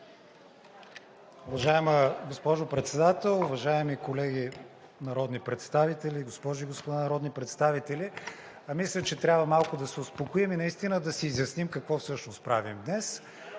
Уважаема госпожо Председател, уважаеми колеги народни представители, госпожи и господа народни представители! Мисля, че трябва малко да се успокоим и наистина да си изясним какво всъщност правим днес